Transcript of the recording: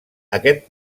aquest